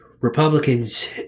Republicans